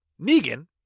Negan